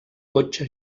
cotxe